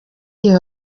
iyi